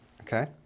Okay